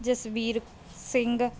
Jasbir Singh